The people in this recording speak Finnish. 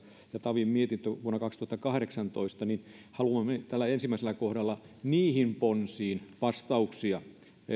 tavin mietintö vuonna kaksituhattakahdeksantoista niin haluamme tällä ensimmäisellä kohdalla niihin ponsiin vastauksia